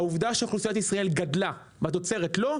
העובדה שאוכלוסיית ישראל גדלה ותוצרת לא,